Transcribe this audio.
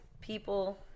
people